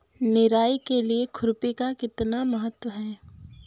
निराई के लिए खुरपी का कितना महत्व होता है?